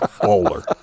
Bowler